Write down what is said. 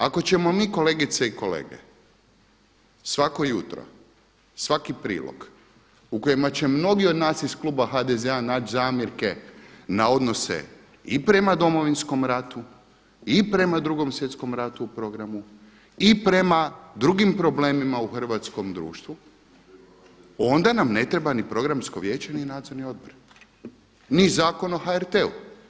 Ako ćemo mi, kolegice i kolege, svako jutro, svaki prilog u kojima će mnogi nas iz Kluba HDZ-a naći zamjerke na odnose i prema Domovinskom ratu i prema Drugom svjetskom ratu u programu, i prema drugim problemima u hrvatskom društvu, onda nam ne treba ni programsko vijeće ni nadzorni odbor, ni Zakon o HRT-u.